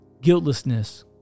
guiltlessness